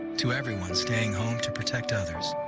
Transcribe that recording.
to everyone staying home to protect others.